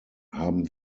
haben